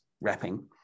wrapping